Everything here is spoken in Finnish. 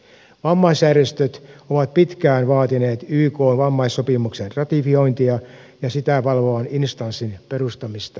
vammaisjärjestöt ovat pitkään vaatineet ykn vammaissopimuksen ratifiointia ja sitä valvovan instanssin perustamista maahamme